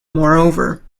moreover